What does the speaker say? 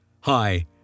Hi